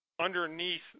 underneath